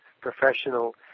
professional